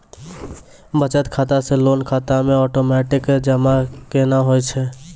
बचत खाता से लोन खाता मे ओटोमेटिक जमा केना होय छै?